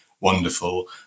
wonderful